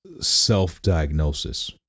self-diagnosis